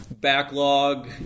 backlog